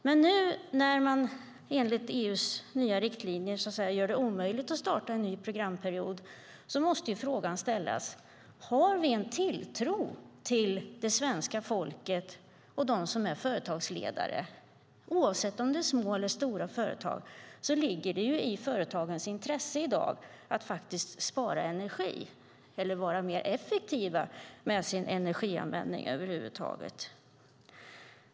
Men när man enligt EU:s nya riktlinjer gör det omöjligt att starta en ny programperiod måste ju frågan ställas: Har vi en tilltro till det svenska folket och dem som är företagsledare? Oavsett om det är små eller stora företag ligger det i företagens intresse i dag att faktiskt spara energi eller vara mer effektiva med sin energianvändning över huvud taget.